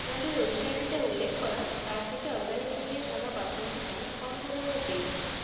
আপনাদের ওয়েবসাইটে যা উল্লেখ করা তার থেকে অরগ্যানিক ইন্ডিয়া সাদা বাসমতি চাল কম পরিমানে পেয়েছি